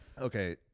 Okay